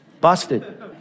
Busted